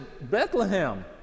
Bethlehem